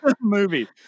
Movie